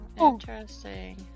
Interesting